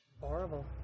Horrible